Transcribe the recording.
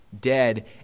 dead